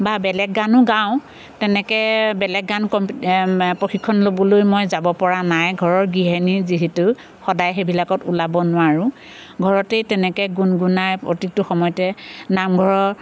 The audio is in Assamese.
বা বেলেগ গানো গাওঁ তেনেকৈ বেলেগ গান কম প্ৰশিক্ষণ ল'বলৈ মই যাব পৰা নাই ঘৰৰ গৃহিণী যিহেতু সদায় সেইবিলাকত ওলাব নোৱাৰোঁ ঘৰতেই তেনেকৈ গুণ গুণাই প্ৰতিটো সময়তে নামঘৰৰ